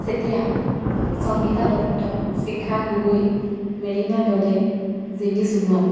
Chetia Sangita Dutta Sikha Gogoi Merina Dale Jimi Sonowal